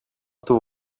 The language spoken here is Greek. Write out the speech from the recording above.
του